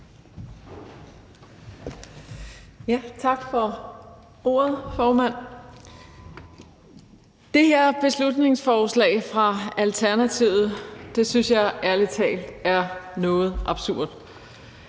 Tak for ordet, formand. Det her beslutningsforslag fra Alternativet synes jeg ærlig talt er noget absurd.